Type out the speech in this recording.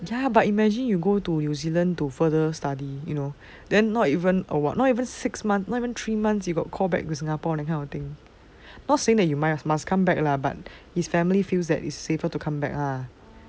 ya but imagine you go to new zealand to further study you know then not even or not even six months not even three months you know got call back to singapore that kind of thing not saying that you must come back lah but his family feels that it's safer to come back lah